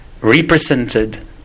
represented